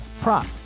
prop